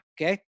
okay